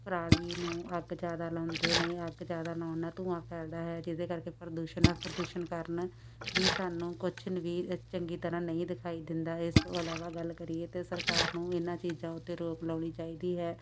ਪਰਾਲੀ ਨੂੰ ਅੱਗ ਜ਼ਿਆਦਾ ਲਾਉਂਦੇ ਨੇ ਅੱਗ ਜ਼ਿਆਦਾ ਲਾਉਣ ਨਾਲ ਧੂਆਂ ਫੈਲਦਾ ਹੈ ਜਿਹਦੇ ਕਰਕੇ ਪ੍ਰਦੂਸ਼ਣ ਪ੍ਰਦੂਸ਼ਣ ਕਾਰਨ ਵੀ ਸਾਨੂੰ ਕੁਛ ਨ ਵੀ ਚੰਗੀ ਤਰ੍ਹਾਂ ਨਹੀਂ ਦਿਖਾਈ ਦਿੰਦਾ ਇਸ ਤੋਂ ਇਲਾਵਾ ਗੱਲ ਕਰੀਏ ਤਾਂ ਸਰਕਾਰ ਨੂੰ ਇਹਨਾਂ ਚੀਜ਼ਾਂ ਉੱਤੇ ਰੋਕ ਲਾਉਣੀ ਚਾਹੀਦੀ ਹੈ